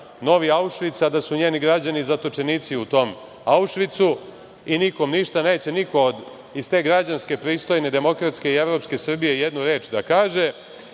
novi Aušvic, a da su njeni građani zatočenici u tom Aušvicu i nikom ništa neće niko iz te građanske, pristojne, demokratske i evropske Srbije i jednu reč da